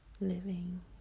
living